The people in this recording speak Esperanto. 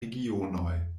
regionoj